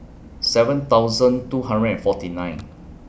seven thousand two hundred and forty nine